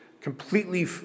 completely